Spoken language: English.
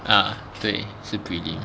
啊对是 prelim